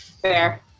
fair